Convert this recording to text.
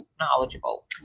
knowledgeable